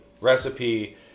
recipe